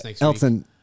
Elton